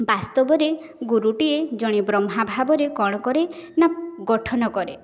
ବାସ୍ତବରେ ଗୁରୁଟିଏ ଜଣେ ବ୍ରହ୍ମା ଭାବରେ କ'ଣ କରେ ନା ଗଠନ କରେ